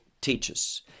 teaches